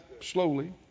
slowly